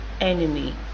enemy